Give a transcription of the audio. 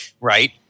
right